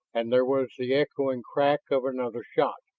and there was the echoing crack of another shot.